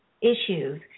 issues